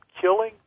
killing